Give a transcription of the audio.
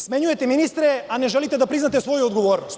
Smenjujete ministre, a ne želite da priznate svoju odgovornost.